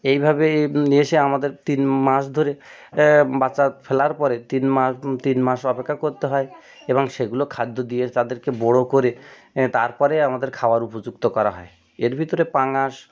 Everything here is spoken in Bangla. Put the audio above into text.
এইভাবেই এসে আমাদের তিন মাস ধরে বাচ্চা ফেলার পরে তিন মাস তিন মাস অপেক্ষা করতে হয় এবং সেগুলো খাদ্য দিয়ে তাদেরকে বড় করে তার পরে আমাদের খাওয়ার উপযুক্ত করা হয় এর ভিতরে পাঙাশ